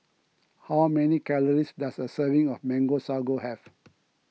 how many calories does a serving of Mango Sago have